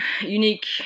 unique